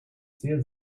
sehr